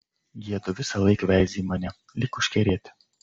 jiedu visąlaik veizi į mane lyg užkerėti